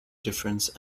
difference